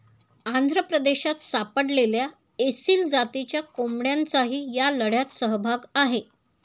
आंध्र प्रदेशात सापडलेल्या एसील जातीच्या कोंबड्यांचाही या लढ्यात सहभाग आहे